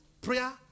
prayer